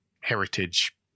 heritage